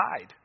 side